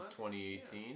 2018